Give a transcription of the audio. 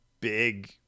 big